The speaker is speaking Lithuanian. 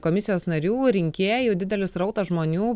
komisijos narių rinkėjų didelis srautas žmonių